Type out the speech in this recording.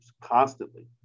constantly